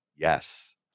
Yes